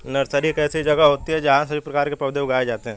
nursery एक ऐसी जगह होती है जहां सभी प्रकार के पौधे उगाए जाते हैं